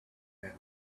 and